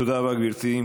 תודה רבה, גברתי.